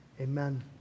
amen